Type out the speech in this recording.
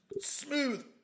Smooth